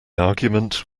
argument